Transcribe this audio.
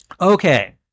Okay